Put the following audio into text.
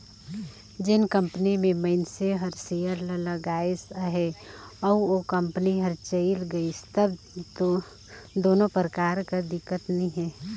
जेन कंपनी में मइनसे हर सेयर ल लगाइस अहे अउ ओ कंपनी हर चइल गइस तब दो कोनो परकार कर दिक्कत नी हे